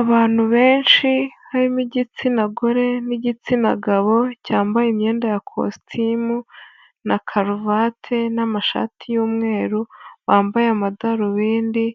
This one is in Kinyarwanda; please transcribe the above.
Abantu benshi harimo igitsina gore n'igitsina gabo cyambaye imyenda ya kositimu na karuvate n'amashati y'umweru, bambaye amadarubindi,